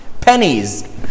Pennies